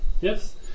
Yes